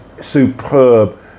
superb